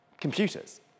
Computers